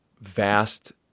vast